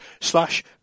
slash